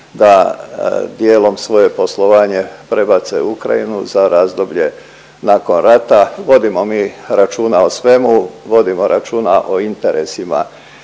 da dijelom svoje poslovanje prebace u Ukrajinu za razdoblje nakon rata. Vodimo mi računa o svemu, vodimo računa o interesima